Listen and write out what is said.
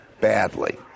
badly